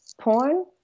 Porn